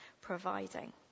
providing